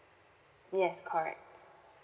yes correct